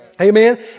Amen